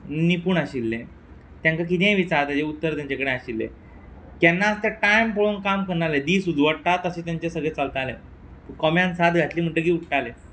निपूण आशिल्ले तांकां किदेंय विचार तेजें उत्तर तेंचे कडेन आशिल्लें केन्नाच ते टायम पळोवन काम कन्नाले दीस उजवडटा तशें तांचें सगळें चलतालें कोम्यान साद घातली म्हणटकी उट्टाले